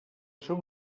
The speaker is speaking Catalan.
seu